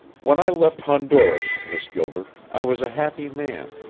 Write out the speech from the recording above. when i left honduras, miss gilbert, i was a happy man.